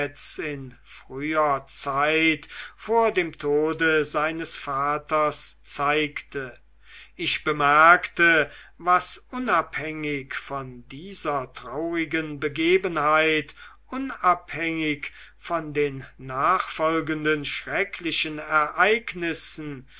in früher zeit vor dem tode seines vaters zeigte ich bemerkte was unabhängig von dieser traurigen begebenheit unabhängig von den nachfolgenden schrecklichen ereignissen